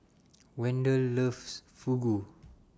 Wendel loves Fugu